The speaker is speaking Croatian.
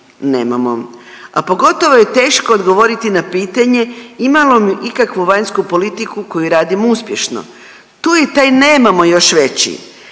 Nemamo. A pogotovo je teško odgovoriti na pitanje imamo li ikakvu vanjsku politiku koju radimo uspješno? Tu je taj nemamo još veći.